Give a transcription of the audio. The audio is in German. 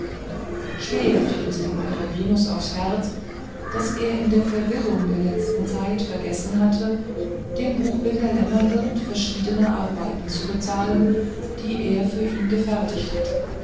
schwer fiel es dem peregrinus aufs herz daß er in der verwirrung der letzten zeit vergessen hatte dem buchbinder lämmerhirt verschiedene arbeiten zu bezahlen die er für ihn gefertigt hatte